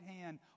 hand